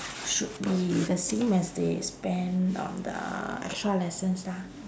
should be the same as they spend on the extra lessons lah